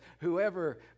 whoever